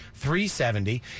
370